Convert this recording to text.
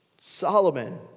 Solomon